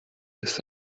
ist